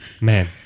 man